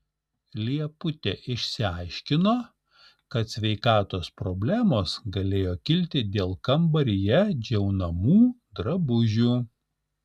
lieputė išsiaiškino kad sveikatos problemos galėjo kilti dėl kambaryje džiaunamų drabužių